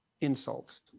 insults